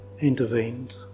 intervened